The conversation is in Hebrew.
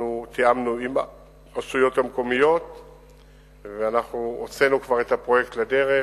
אנחנו תיאמנו עם הרשויות המקומיות ואנחנו הוצאנו כבר את הפרויקט לדרך.